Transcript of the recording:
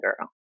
girl